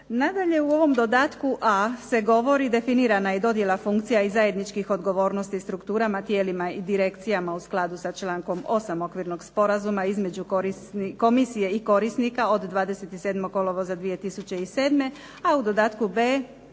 Nadalje, u ovom dodatku A se govori definirana je dojela funkcija i zajedničkih odgovornosti strukturama i tijelima i direkcijama u skladu sa člankom 8. okvirnog sporazuma između komisije i korisnika od 27. kolovoza 2007. A u dodatku B